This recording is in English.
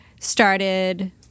started